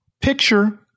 picture